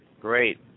Great